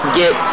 get